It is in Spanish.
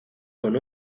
con